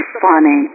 funny